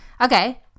Okay